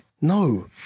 No